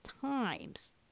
Times